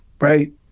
Right